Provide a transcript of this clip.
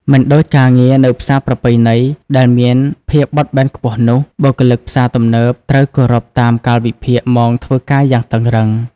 មិនដូចការងារនៅផ្សារប្រពៃណីដែលមានភាពបត់បែនខ្ពស់នោះ បុគ្គលិកផ្សារទំនើបត្រូវគោរពតាមកាលវិភាគម៉ោងធ្វើការយ៉ាងតឹងរ៉ឹង។